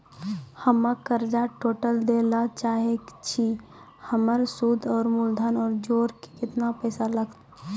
हम्मे कर्जा टोटल दे ला चाहे छी हमर सुद और मूलधन जोर के केतना पैसा लागत?